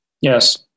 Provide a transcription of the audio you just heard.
Yes